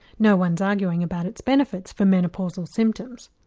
no one's arguing about its benefits for menopausal symptoms.